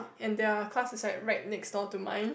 and their class is like right next door to mine